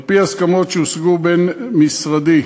2. על-פי הסכמות שהושגו בין משרדי,